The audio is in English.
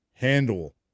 handle